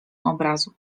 obrazu